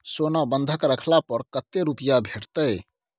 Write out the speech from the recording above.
सोना बंधक रखला पर कत्ते रुपिया भेटतै?